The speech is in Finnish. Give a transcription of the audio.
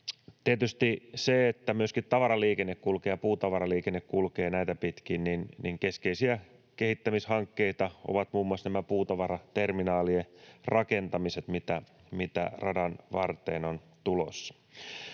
tietysti kun myöskin tavaraliikenne ja puutavaraliikenne kulkee näitä pitkin, niin keskeisiä kehittämishankkeita ovat muun muassa nämä puutavaraterminaalien rakentamiset, joita radan varteen on tulossa.